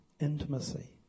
intimacy